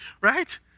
right